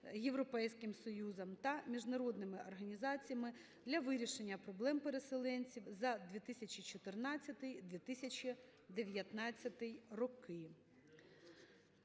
Європейським Союзом та міжнародними організаціями для вирішення проблем переселенців за 2014-2019 роки.